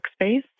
workspace